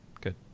good